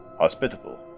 Hospitable